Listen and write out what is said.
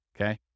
okay